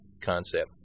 concept